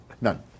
None